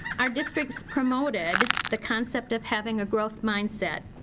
our district's promoted the concept of having a growth mindset.